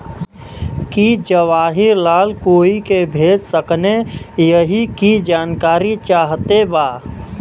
की जवाहिर लाल कोई के भेज सकने यही की जानकारी चाहते बा?